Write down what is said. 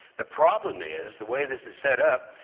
the problem is the way this is set up,